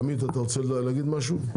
עמית אתה רוצה להגיד משהו?